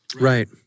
right